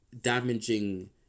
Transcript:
damaging